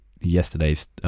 Yesterday's